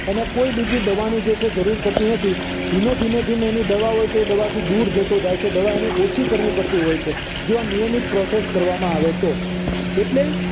એને કોઈ બીજી દવાની જે છે જરૂર પડતી નથી ધીમે ધીમે ધીમે એની દવા હોય તો એ દવાથી દૂર જતો જાય છે દવા એની ઓછી કરવી પડતી હોય છે જો આ નિયમિત પ્રોસેસ કરવામાં આવે તો એટલે